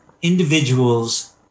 Individuals